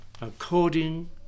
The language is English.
according